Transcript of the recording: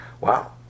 Wow